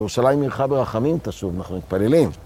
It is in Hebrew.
ירושלים עירך ברחמים, תשוב, אנחנו מתפללים.